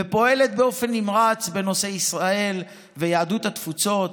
ופועלת באופן נמרץ בנושא ישראל ויהדות התפוצות,